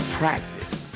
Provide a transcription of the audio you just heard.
practice